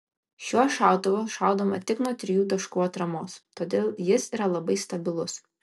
šiuo šautuvu šaudoma tik nuo trijų taškų atramos todėl jis yra labai stabilus